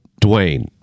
Dwayne